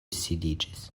sidiĝis